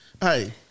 hey